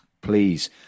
please